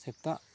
ᱥᱮᱛᱟᱜ